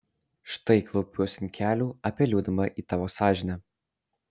štai klaupiuosi ant kelių apeliuodama į tavo sąžinę